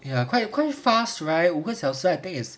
ya quite quite fast right 五个小时 I think is